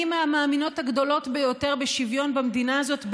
אני מהאמינות הגדולות ביותר בשוויון במדינה הזאת,